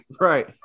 right